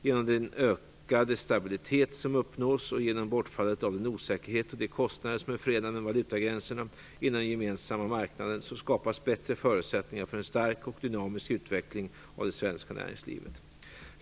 Genom den ökade stabilitet som uppnås och genom bortfallet av den osäkerhet och de kostnader som är förenade med valutagränserna inom den gemensamma marknaden, så skapas bättre förutsättningar för en stark och dynamisk utveckling av det svenska näringslivet.